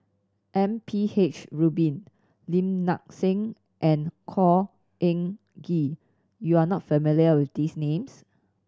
M P H Rubin Lim Nang Seng and Khor Ean Ghee you are not familiar with these names